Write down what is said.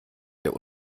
der